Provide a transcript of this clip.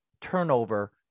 turnover